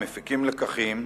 מפיקים לקחים,